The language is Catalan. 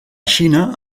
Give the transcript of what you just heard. xina